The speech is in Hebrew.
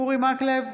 אורי מקלב,